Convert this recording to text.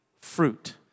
fruit